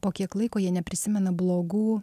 po kiek laiko jie neprisimena blogų